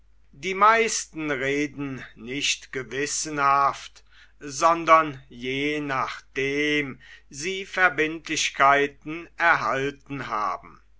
die meisten reden nicht gewissenhaft sondern je nachdem sie verbindlichkeiten erhalten haben